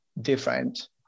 different